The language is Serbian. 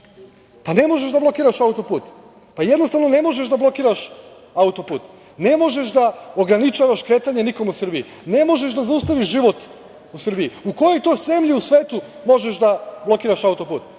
Pa, ne možeš da blokiraš autoput. Jednostavno, ne možeš da blokiraš autoput. Ne možeš da ograničavaš kretanje nikome u Srbiji. Ne možeš da zaustaviš život u Srbiji. U kojoj to zemlji u svetu možeš da blokiraš autoput?